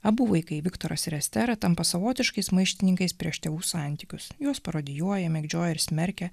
abu vaikai viktoras ir estera tampa savotiškais maištininkais prieš tėvų santykius juos parodijuoja mėgdžioja ir smerkia